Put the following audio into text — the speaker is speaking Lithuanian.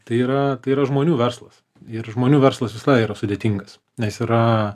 tai yra tai yra žmonių verslas ir žmonių verslas visada yra sudėtingas nes yra